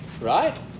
Right